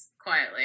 quietly